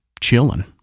chilling